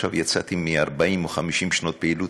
עכשיו יצאתי מ-40 או 50 שנות פעילות,